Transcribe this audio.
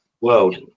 world